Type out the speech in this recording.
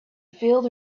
filled